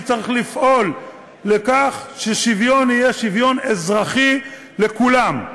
כי צריך לפעול לכך ששוויון אזרחי יהיה לכולם: